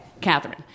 Catherine